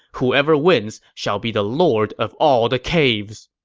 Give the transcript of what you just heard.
whoever wins shall be the lord of all the caves.